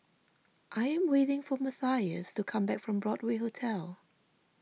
I am waiting for Mathias to come back from Broadway Hotel